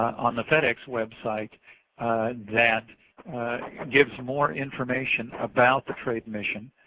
on the fed ex web site that gives more information about the trade mission